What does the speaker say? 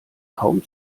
kaum